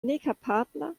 nekapabla